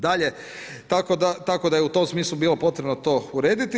Dalje, tako da je u tom smislu bilo potrebno to urediti.